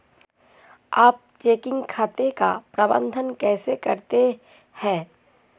आप चेकिंग खाते का प्रबंधन कैसे करते हैं?